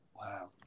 wow